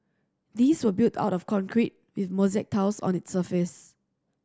these were built out of concrete with mosaic tiles on its surface